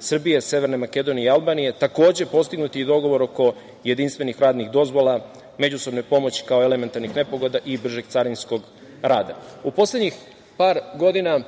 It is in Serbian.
Srbije, Severne Makedonije i Albanije. Takođe, postignut je i dogovor oko jedinstvenih radnih dozvola, međusobne pomoći kao što su elementarne nepogode i bržeg carinskog rada.U poslednjih par godina